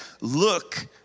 Look